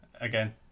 again